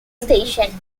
station